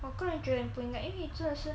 我个人觉得你不应该因为你真的是